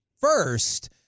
first